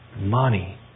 Money